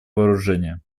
вооружения